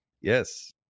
Yes